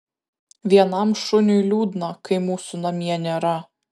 vienam šuniui liūdna kai mūsų namie nėra